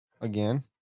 again